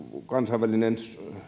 kansainvälinen